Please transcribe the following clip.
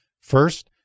First